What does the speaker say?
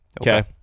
Okay